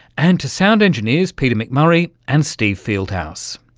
and to sound engineers peter mcmurray and steve fieldhouse.